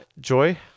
Joy